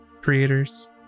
creators